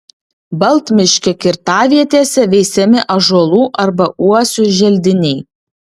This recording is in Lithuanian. baltmiškio kirtavietėse veisiami ąžuolų arba uosių želdiniai